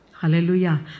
Hallelujah